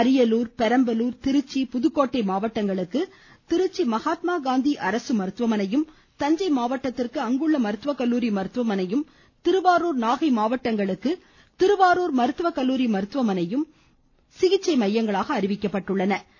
அரியலூர் பெரம்பலூர் திருச்சி புதுக்கோட்டை மாவட்டங்களுக்கு திருச்சி மகாத்மாகாந்தி அரசு மருத்துவமனையும் தஞ்சை மாவட்டத்திற்கு அங்குள்ள மருத்துவக்கல்லூரி மருத்துவமனையும் மாவட்டங்களுக்கு திருவாரூர் மருத்துவக்கல்லூரி திருவாரூர் நாகை மருத்துவமனையும் அறிவிக்கப்பட்டுள்ளன